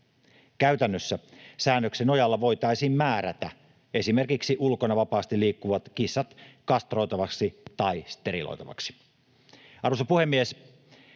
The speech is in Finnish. Käytännössä säännöksen nojalla voitaisiin määrätä esimerkiksi ulkona vapaasti liikkuvat kissat kastroitaviksi tai steriloitaviksi. Arvoisa puhemies!